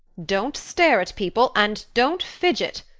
don't stare at people and don't fidget.